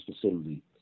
facility